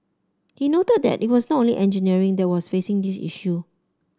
he noted that it was not only engineering that was facing this issue